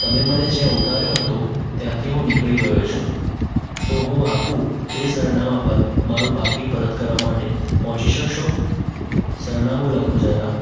તમે મને જ્યાં ઉતાર્યો હતો ત્યાંથી હું નીકળી ગયો છું તો હું આપું તે સરનામા પર મારું પાકિટ પરત કરવા માટે પહોંચી શકશો સરનામું લખો જરા